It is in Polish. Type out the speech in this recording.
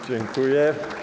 Dziękuję.